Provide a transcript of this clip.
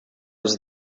was